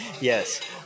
Yes